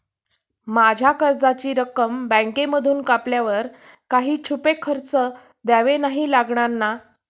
माझ्या कर्जाची रक्कम बँकेमधून कापल्यावर काही छुपे खर्च द्यावे नाही लागणार ना?